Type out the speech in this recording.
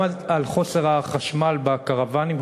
גם על חוסר החשמל בקרוונים,